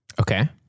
Okay